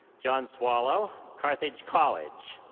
john swallow, carthage college.